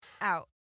out